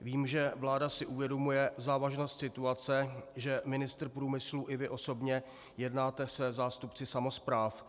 Vím, že vláda si uvědomuje závažnost situace, že ministr průmyslu i vy osobně jednáte se zástupci samospráv.